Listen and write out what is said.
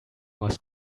was